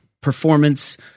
performance